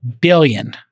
billion